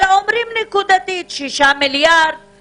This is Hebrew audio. אלא אומרים נקודתית: 6 מיליארד.